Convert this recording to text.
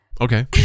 Okay